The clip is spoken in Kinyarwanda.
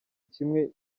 kimwe